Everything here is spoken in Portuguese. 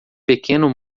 pequeno